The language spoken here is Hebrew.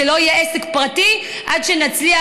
זה לא יהיה עסק פרטי עד שנצליח,